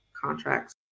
contracts